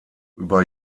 über